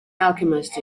alchemist